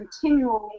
continually